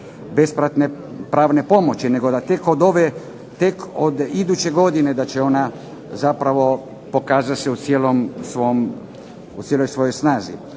besplatne pravne pomoći, nego da tek od iduće godine da će ona zapravo pokazati se u cijeloj svojoj snazi.